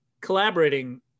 collaborating